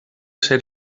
ser